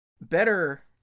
better